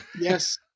yes